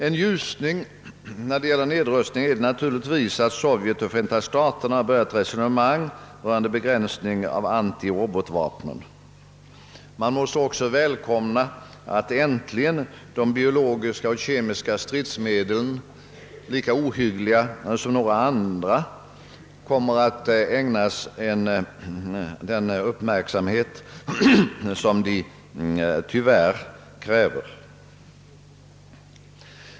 En ljusning när det gäller nedrustning är givetvis att Sovjet och Förenta staterna har börjat resonemang rörande begränsning av antirobotvapnen. Man måste också välkomna att de bio logiska och kemiska stridsmedlen, lika . ohyggliga som några andra, äntligen kommer att ägnas den uppmärksamhet som de tyvärr kräver.